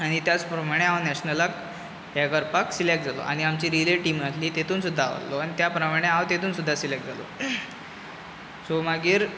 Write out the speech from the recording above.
आनी त्याच प्रमाणें हांव नॅशनलाक हें करपाक सिलेक्ट जालो आनी आमची रिले टीम आहली तितून सुद्दां आहलो आनी त्या प्रमाणें तितून सुद्दां सिलेक्ट जालो सो मागीर